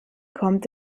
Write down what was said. kommt